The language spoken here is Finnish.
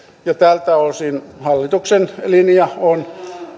ja tältä osin hallituksen linja on